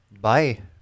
Bye